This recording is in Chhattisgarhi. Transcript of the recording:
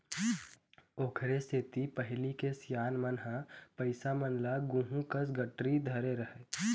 ओखरे सेती पहिली के सियान मन ह पइसा मन ल गुहूँ कस गठरी धरे रहय